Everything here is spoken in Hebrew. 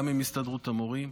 גם עם הסתדרות המורים.